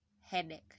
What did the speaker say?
headache